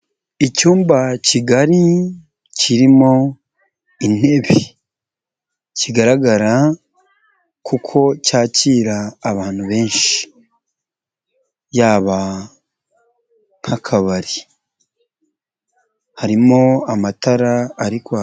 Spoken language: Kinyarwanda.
Icyumba kigari kirimo intebe kigaragara kuko cyakira abantu benshi yaba nk'akabari, harimo amatara ari kwaka.